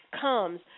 comes